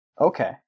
Okay